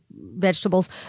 vegetables